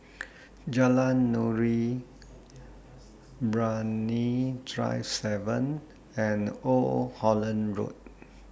Jalan Nuri Brani Drive seven and Old Holland Road